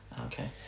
Okay